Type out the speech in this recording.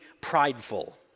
prideful